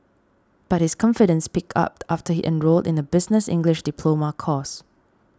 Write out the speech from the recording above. but his confidence picked up after he enrolled in a business English diploma course